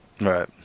Right